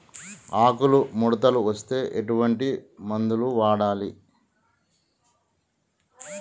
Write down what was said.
ఆకులు ముడతలు వస్తే ఎటువంటి మందులు వాడాలి?